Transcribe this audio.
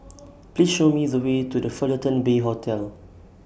Please Show Me The Way to The Fullerton Bay Hotel